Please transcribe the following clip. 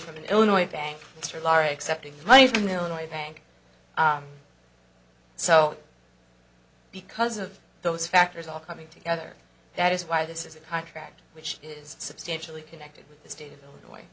from illinois bank to laurie accepting money from the illinois bank so because of those factors all coming together that is why this is a contract which is substantially connected with the state of illinois